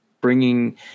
bringing